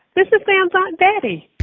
this is sam's aunt betty.